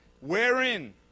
Wherein